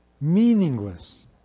Meaningless